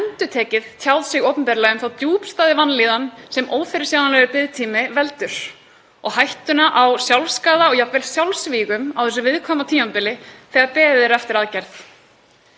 endurtekið tjáð sig opinberlega um þá djúpstæðu vanlíðan sem ófyrirsjáanlegur biðtími veldur og hættuna á sjálfsskaða og jafnvel sjálfsvígum á þessu viðkvæma tímabili þegar beðið er eftir aðgerð.